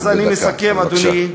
אז אני מסכם, אדוני.